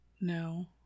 No